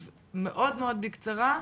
ישיבת הוועדה מוקלטת ומשודרת והפרוטוקול וגם